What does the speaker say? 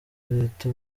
leta